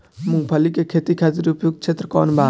मूँगफली के खेती खातिर उपयुक्त क्षेत्र कौन वा?